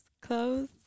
clothes